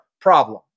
problem